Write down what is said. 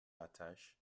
rattache